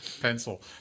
Pencil